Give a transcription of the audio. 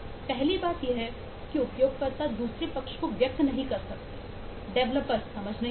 पहली बात यह है कि उपयोगकर्ता दूसरे पक्ष को व्यक्त नहीं कर सकते डेवलपर्स समझ नहीं सकते